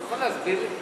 אתה יכול להסביר לי?